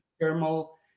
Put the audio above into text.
thermal